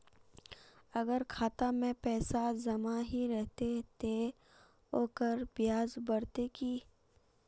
अगर खाता में पैसा जमा ही रहते ते ओकर ब्याज बढ़ते की?